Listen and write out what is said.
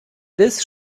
this